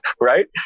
Right